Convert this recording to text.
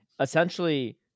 essentially